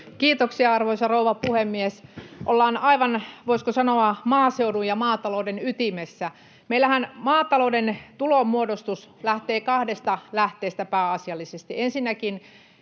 Kiitoksia, arvoisa rouva puhemies! Ollaan aivan, voisiko sanoa, maaseudun ja maatalouden ytimessä. Meillähän maatalouden tulonmuodostus lähtee kahdesta lähteestä pääasiallisesti. Ensinnäkin